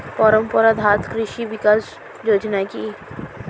পরম্পরা ঘাত কৃষি বিকাশ যোজনা কি?